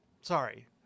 Sorry